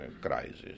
crisis